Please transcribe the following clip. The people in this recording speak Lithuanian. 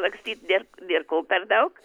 lakstyt nes nėr ko per daug